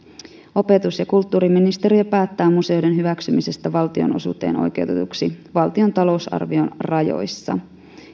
opetus ja kulttuuriministeriö päättää museoiden hyväksymisestä valtionosuuteen oikeutetuksi valtion talousarvion rajoissa